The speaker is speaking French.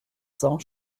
cents